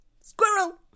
Squirrel